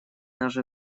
наши